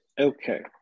Okay